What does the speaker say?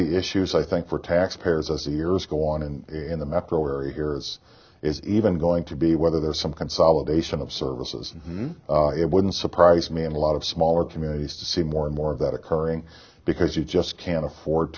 the issues i think for taxpayers as the years go on and in the metro area here is even going could be whether there's some consolidation of services it wouldn't surprise me and a lot of smaller communities to see more and more of that occurring because you just can't afford